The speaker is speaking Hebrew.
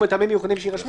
ומטעמים מיוחדים שיירשמו,